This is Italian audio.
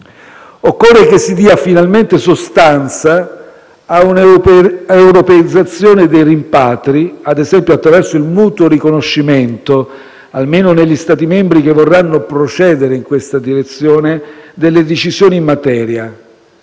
Occorre che si dia finalmente sostanza a una europeizzazione dei rimpatri, ad esempio attraverso il mutuo riconoscimento, almeno negli Stati membri che vorranno procedere in questa direzione, delle decisioni in materia